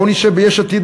בואו נשב ביש עתיד,